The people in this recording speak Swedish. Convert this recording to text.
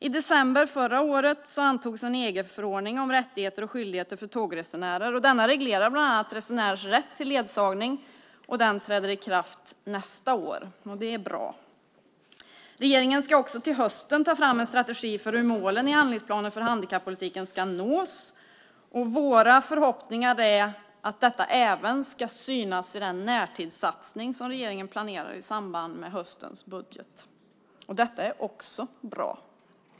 I december förra året antogs en EG-förordning om rättigheter och skyldigheter för tågresenärer. Den reglerar bland annat resenärers rätt till ledsagning. Den träder i kraft nästa år. Det är bra. Regeringen ska till hösten också ta fram en strategi för hur målen i handlingsplanen för handikappolitiken ska nås. Våra förhoppningar är att detta ska synas även i den närtidssatsning som regeringen planerar i samband med höstens budget. Det är också bra.